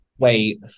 Wait